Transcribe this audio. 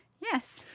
Yes